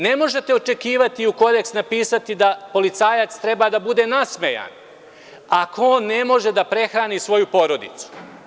Ne možete očekivati i u kodeks napisati da policajac treba da bude nasmejan, ako on ne može da prehrani svoju porodicu.